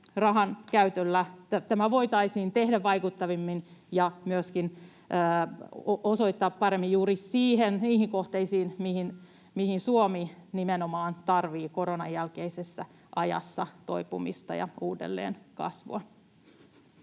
Tämä voitaisiin tehdä vaikuttavammin ja myöskin osoittaa paremmin juuri niihin kohteisiin, missä Suomi nimenomaan tarvitsee koronan jälkeisessä ajassa toipumista ja uudelleenkasvua.